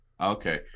Okay